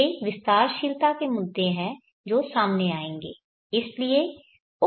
ये विस्तारशीलता के मुद्दे हैं जो सामने आएंगे